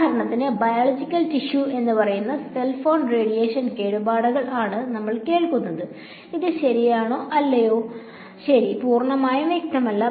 ഉദാഹരണത്തിന് biological tissue എന്ന് പറയാൻ സെൽ ഫോൺ റേഡിയേഷൻ കേടുപാടുകൾ ആണ് നമ്മൾ കേൾക്കുന്നത് അത് ശരിയാണോ ശരിയല്ല അത് പൂർണ്ണമായും വ്യക്തമല്ല